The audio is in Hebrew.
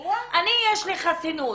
אני יש לי חסינות.